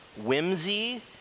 whimsy